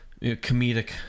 comedic